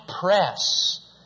press